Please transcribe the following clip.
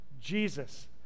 Jesus